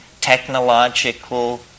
technological